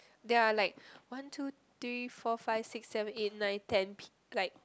there are like one two three four five six seven eight nine ten like